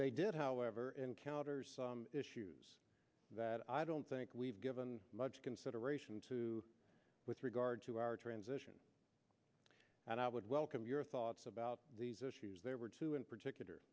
they did however encounter issues that i don't think we've given much consideration to with regard to our transition and i would welcome your thoughts about these issues there were two in particular